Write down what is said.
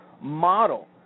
model